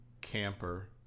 Camper